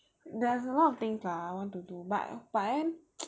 there's a lot of things lah I want to do but but then